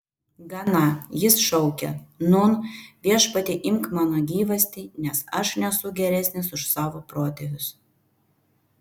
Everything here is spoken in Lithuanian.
gana jis šaukė nūn viešpatie imk mano gyvastį nes aš nesu geresnis už savo protėvius